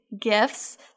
gifts